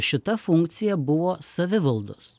šita funkcija buvo savivaldos